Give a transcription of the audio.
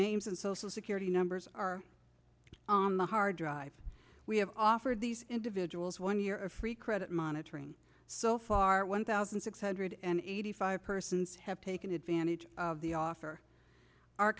names and social security numbers are on the hard drive we have offered these individuals one year of free credit monitoring so far one thousand six hundred and eighty five persons have taken advantage of the offer our